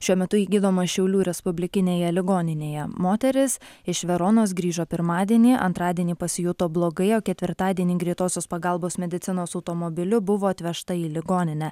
šiuo metu ji gydoma šiaulių respublikinėje ligoninėje moteris iš veronos grįžo pirmadienį antradienį pasijuto blogai o ketvirtadienį greitosios pagalbos medicinos automobiliu buvo atvežta į ligoninę